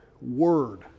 word